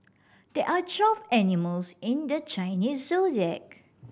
there are twelve animals in the Chinese Zodiac